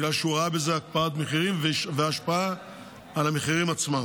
בגלל שהוא ראה בזה הקפאת מחירים והשפעה על המחירים עצמם.